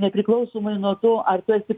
nepriklausomai nuo to ar tu esi